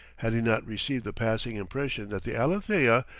had he not received the passing impression that the alethea,